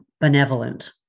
benevolent